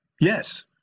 yes